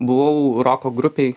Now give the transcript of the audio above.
buvau roko grupėj